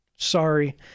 Sorry